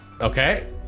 Okay